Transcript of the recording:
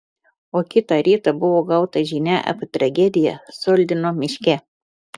o kitą rytą buvo gauta žinia apie tragediją soldino miške